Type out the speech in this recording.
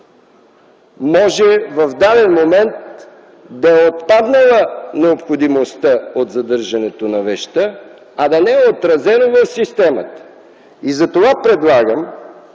момент може да е отпаднала необходимостта от задържането на вещта, а да не е отразено в системата. Затова предлагам